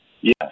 Yes